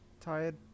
Tired